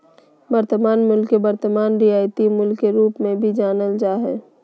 वर्तमान मूल्य के वर्तमान रियायती मूल्य के रूप मे भी जानल जा हय